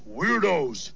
weirdos